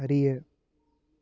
அறிய